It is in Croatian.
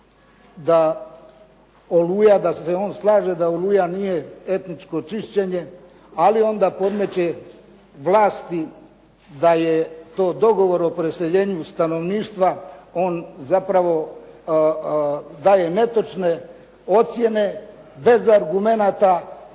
da se on slaže da "Oluja" nije etničko čišćenje, ali onda podmeće vlasti da je to dogovor o preseljenju stanovništva, on zapravo daje netočne ocjene bez argumenata,